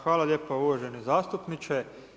Hvala lijepa uvaženi zastupniče.